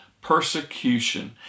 persecution